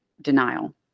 denial